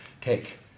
take